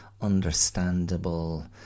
understandable